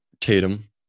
Tatum